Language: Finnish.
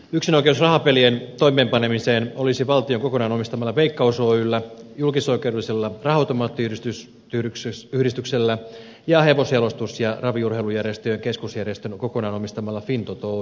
yksinoikeus rahapelien toimeenpanemiseen olisi valtion kokonaan omistamalla veikkaus oyllä julkisoikeudellisella raha automaattiyhdistyksellä ja hevosjalostus ja raviurheilujärjestöjen keskusjärjestön kokonaan omistamalla fintoto oyllä